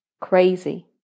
crazy